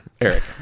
Eric